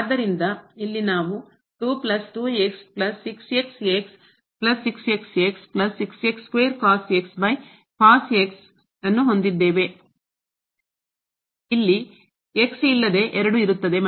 ಆದ್ದರಿಂದ ಇಲ್ಲಿ ನಾವು ಇಲ್ಲಿ x ಇಲ್ಲದೆ 2 ಇರುತ್ತದೆ